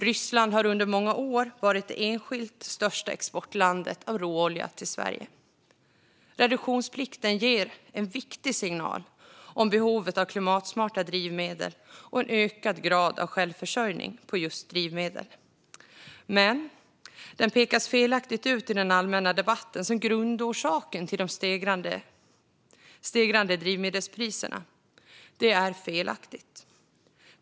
Ryssland har under många år varit det enskilt största exportlandet av råolja till Sverige. Reduktionsplikten ger en viktig signal om behovet av klimatsmarta drivmedel och en ökad grad av självförsörjning av drivmedel. Men den pekas felaktigt ut i den allmänna debatten som grundorsaken till de stegrande drivmedelspriserna. Det är felaktigt.